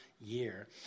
year